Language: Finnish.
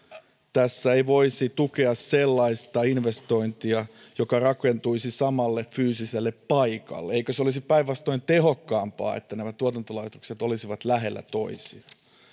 tässä ei voisi tukea sellaista investointia joka rakentuisi samalle fyysiselle paikalle eikö se olisi päinvastoin tehokkaampaa että nämä tuotantolaitokset olisivat lähellä toisiaan